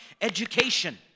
Education